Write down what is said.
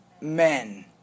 men